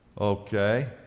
Okay